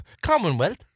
Commonwealth